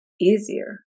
Easier